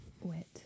wet